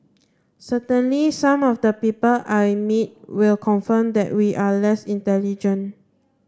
certainly some of the people I meet will confirm that we are less intelligent